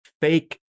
fake